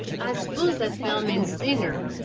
i suppose that bell means dinner,